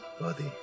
body